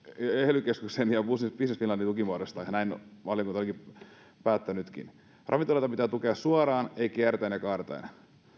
ely keskuksen ja business finlandin tukimuodoista ja näin valiokunta oli päättänytkin ravintoloita pitää tukea suoraan ei kiertäen ja kaartaen